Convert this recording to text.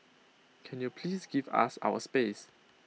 can you please give us our space